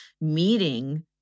meeting